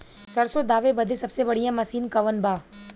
सरसों दावे बदे सबसे बढ़ियां मसिन कवन बा?